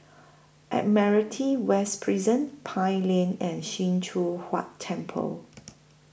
Admiralty West Prison Pine Lane and SIM Choon Huat Temple